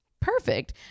Perfect